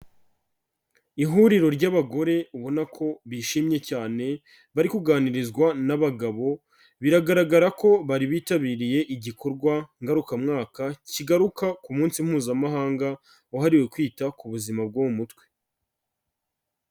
Ihuriro ry'abagore ubona ko bishimye cyane, bari kuganirizwa n'abagabo, biragaragara ko bari bitabiriye igikorwa ngarukamwaka, kigaruka ku munsi mpuzamahanga wahariwe kwita ku buzima bwo mu mutwe.